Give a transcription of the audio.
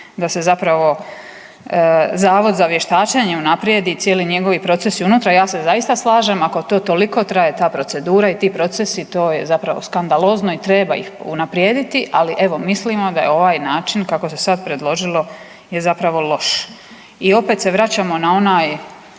da se zapravo Zavod za vještačenje unaprijedi i cijeli njegovi procesi unutra. Ja se zaista slažem ako to toliko traje, ta procedura i ti procesi to je zapravo skandalozno i treba ih unaprijediti, ali evo mislimo da je ovaj način kako se sada predložilo je zapravo loš. I opet se vraćamo na ovaj